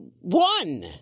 One